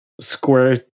square